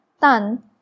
Tan